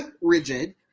rigid